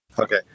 Okay